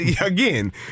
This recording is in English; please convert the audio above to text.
again